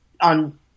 on